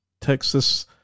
Texas